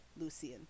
Lucian